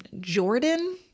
Jordan